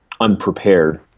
Unprepared